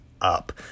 up